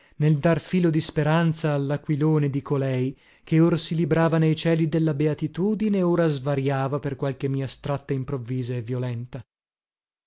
nel dar filo di speranza allaquilone di colei che or si librava nei cieli della beatitudine ora svariava per qualche mia stratta improvvisa e violenta